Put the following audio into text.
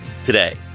today